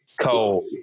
Cole